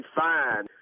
fine